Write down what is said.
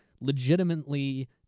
legitimately